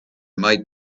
might